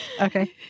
Okay